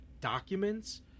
Documents